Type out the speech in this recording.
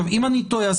אם אני טועה,